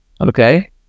Okay